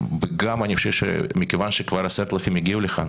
אני חושב שמכיוון שכבר 10,000 הגיעו לכאן